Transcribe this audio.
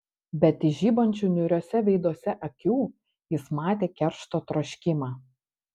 bet iš žibančių niūriuose veiduose akių jis matė keršto troškimą